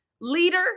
leader